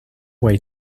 way